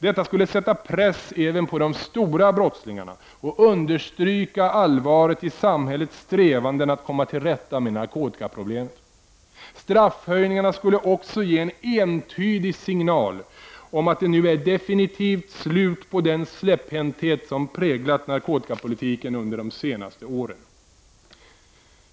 Detta skulle sätta press även på de stora brottslingarna och understryka allvaret i samhällets strävanden att komma till rätta med narkotikaproblemet. Straffhöjningarna skulle också ge en entydig signal om att det nu är definitivt slut på den släpphänthet som präglat narkotikapolitiken under de senaste åren.